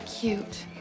cute